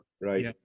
Right